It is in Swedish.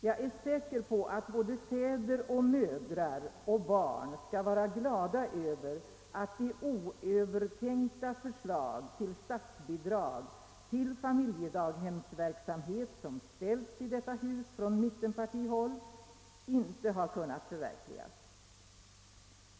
Jag är säker på att fäder, mödrar och barn bör vara glada över att de oövertänkta förslag till statsbidrag till familjedaghemsverksamhet, som ställts i detta hus från mittenpartihåll, inte har kunnat förverkligas.